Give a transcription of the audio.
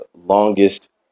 longest